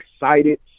excited